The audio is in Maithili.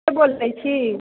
के बोलतै छी